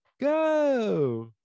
go